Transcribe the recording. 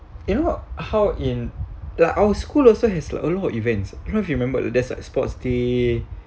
you know how in like our school also has alot of events you don't remember there's like sports day